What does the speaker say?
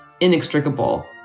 inextricable